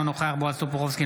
אינו נוכח בועז טופורובסקי,